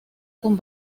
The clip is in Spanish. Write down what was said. con